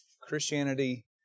Christianity